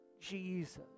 Jesus